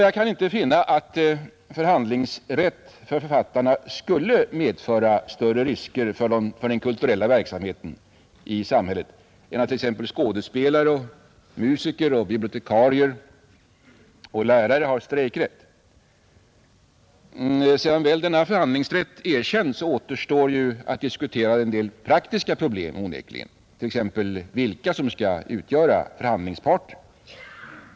Jag kan inte finna att förhandlingsrätt för författarna skulle medföra större risker för den kulturella verksamheten i samhället än att t.ex. skådespelare, musiker, bibliotekarier och lärare har strejkrätt. Sedan väl denna förhandlingsrätt erkänts återstår onekligen att diskutera en del praktiska problem, t.ex. vilka som skall utgöra förhandlingsparter.